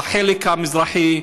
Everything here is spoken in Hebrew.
החלק המזרחי,